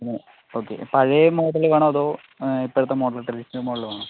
okay പഴയ model വേണോ അതോ ഇപ്പോഴത്തെ മോഡൽ ട്രെഡിഷണൽ മോഡൽ വേണോ